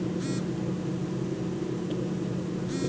Credit card বন্ধ কিভাবে করবো?